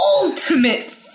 ultimate